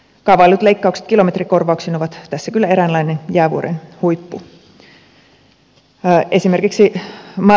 kaavaillut leikkaukset kilometrikorvauksiin ovat tässä kyllä eräänlainen jäävuoren huippu